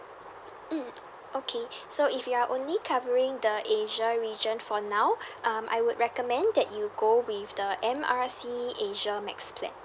mm okay so if you are only covering the asia region for now um I would recommend that you go with the M R C asia max plan